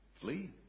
Flee